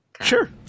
Sure